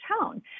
town